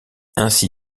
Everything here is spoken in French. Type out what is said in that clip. ainsi